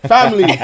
Family